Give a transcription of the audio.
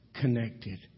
connected